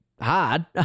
hard